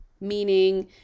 meaning